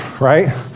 right